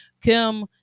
Kim